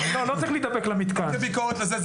אין לי ביקורת על המקום הזה.